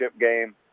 game